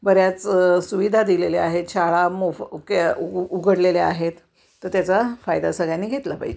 बऱ्याच सुविधा दिलेल्या आहेत शाळा मोफत उक्या उघडलेल्या आहेत तर त्याचा फायदा सगळ्यांनी घेतला पाहि